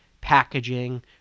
packaging